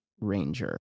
ranger